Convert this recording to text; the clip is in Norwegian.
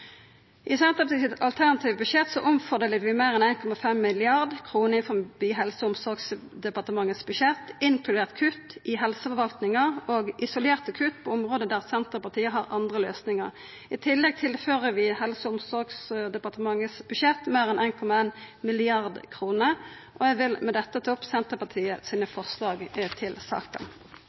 og Senterpartiet kjem til å støtta dei lause forslaga frå SV i denne saka. I Senterpartiets alternative budsjett omfordeler vi meir enn 1,5 mrd. kr i Helse- og omsorgsdepartementets budsjett, inkludert kutt i helseforvaltninga og isolerte kutt på område der Senterpartiet har andre løysingar. I tillegg tilfører vi Helse- og omsorgsdepartementets budsjett meir enn 1,1 mrd. kr. Eg vil med dette ta opp Senterpartiets forslag i saka.